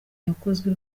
yakozwe